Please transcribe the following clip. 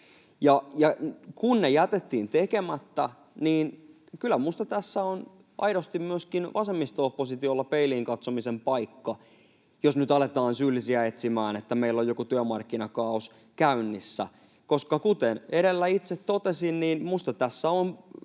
Ja kun ne jätettiin tekemättä, niin kyllä minusta tässä on aidosti myöskin vasemmisto-oppositiolla peiliin katsomisen paikka, jos nyt aletaan syyllisiä etsimään siitä, että meillä on joku työmarkkinakaaos käynnissä. Kuten edellä itse totesin, minusta tässä on